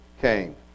came